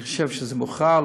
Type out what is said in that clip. אני חושב שזה מכוער.